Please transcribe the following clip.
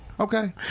Okay